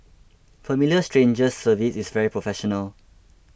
Familiar Strangers service is very professional